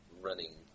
running